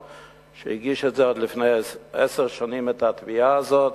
שהגיש כבר לפני עשר שנים את התביעה הזאת,